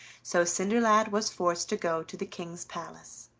so cinderlad was forced to go to the king's palace.